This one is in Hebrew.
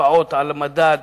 השפעות על המדד,